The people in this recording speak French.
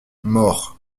morts